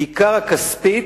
בעיקר הכספית,